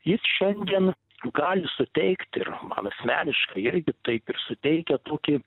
jis šiandien gali suteikti ir man asmeniškai irgi taip ir suteikia tokį